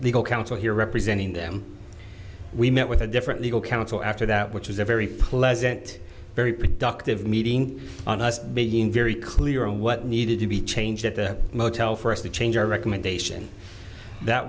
legal counsel here representing them we met with a different legal counsel after that which was a very pleasant very productive meeting on us being very clear on what needed to be changed at the motel for us to change our recommendation that